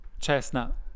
chestnut